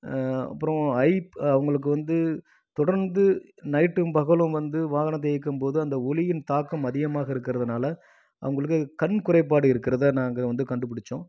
அப்புறம் இப்போ அவங்களுக்கு வந்து தொடர்ந்து நைட்டும் பகலும் வந்து வாகனத்தை இயக்கும் போது அந்த ஒளியின் தாக்கம் அதிகமாக இருக்கிறதுனால அவங்களுக்கு அது கண் குறைபாடு இருக்கிறத நாங்கள் வந்து கண்டுப்பிடிச்சோம்